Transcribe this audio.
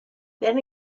then